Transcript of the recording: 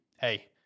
hey